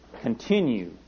continue